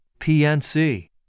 PNC